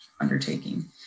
undertaking